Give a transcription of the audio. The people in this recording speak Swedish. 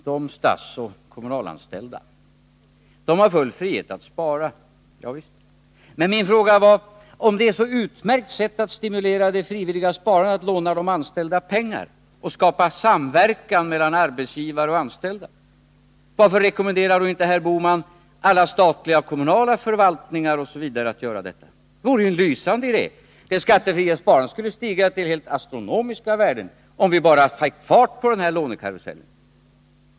Herr talman! De statsoch kommunalanställda har full frihet att spara, ja visst. Men min fråga löd: Om att låna de anställda pengar är ett så utmärkt sätt att stimulera det frivilliga sparandet och skapa samverkan mellan arbetsgivare och anställda, varför rekommenderar herr Bohman inte då alla statliga och kommunala förvaltningar och andra att göra detta? Det vore ju en lysande idé. Det skattefria sparandet skulle stiga till astronomiska värden, om vi bara finge fart på den här lånekarusellen.